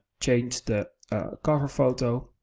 change the cover photo,